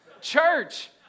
Church